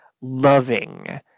loving